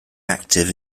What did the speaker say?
active